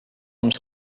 ums